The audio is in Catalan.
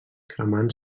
cremant